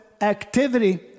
activity